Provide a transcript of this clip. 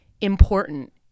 important